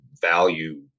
value